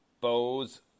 Bows